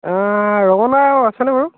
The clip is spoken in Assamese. ৰঙালাও আছেনে বাৰু